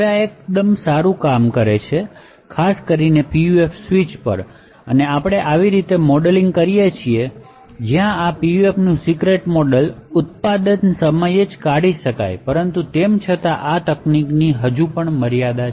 હવે આ એકદમ સારું કામ કરે છે ખાસ કરીને PUF સ્વિચ પર અને આપણે આવી રીતે મોડેલિંગ કરીએ છીએ જ્યાં આ PUFનું સિક્રેટ મોડેલ ઉત્પાદિત સમયે કાઢી શકાય પરંતુ તેમ છતાં આ તકનીકની હજી પણ મર્યાદા છે